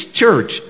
church